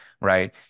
right